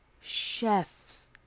chefs